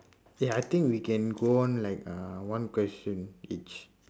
ya I think we can go on like uh one question each